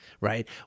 right